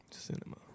cinema